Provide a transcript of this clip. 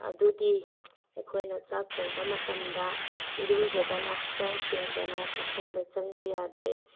ꯑꯗꯨꯗꯤ ꯑꯩꯈꯣꯏꯅ ꯆꯥꯛ ꯊꯣꯡꯕ ꯃꯇꯝꯗ ꯏꯔꯨꯖꯗꯅ ꯍꯛꯆꯥꯡ ꯁꯦꯡꯗꯅ ꯆꯥꯛꯈꯨꯝꯗ ꯆꯪꯕ ꯌꯥꯗꯦ